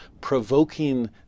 provoking